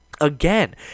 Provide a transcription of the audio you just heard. Again